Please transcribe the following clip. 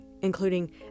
including